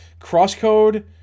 CrossCode